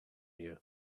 you